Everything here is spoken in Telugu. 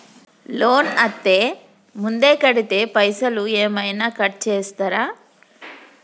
లోన్ అత్తే ముందే కడితే పైసలు ఏమైనా కట్ చేస్తరా?